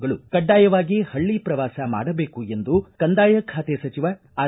ಗಳು ಕಡ್ಡಾಯವಾಗಿ ಹಳ್ಳಿ ಪ್ರವಾಸ ಮಾಡಬೇಕು ಎಂದು ಕಂದಾಯ ಖಾತೆ ಸಚಿವ ಸಚಿವ ಆರ್